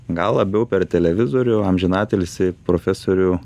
gal labiau per televizorių amžinatilsį profesorių